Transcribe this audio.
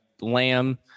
lamb